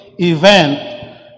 Event